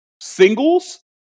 singles